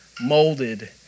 molded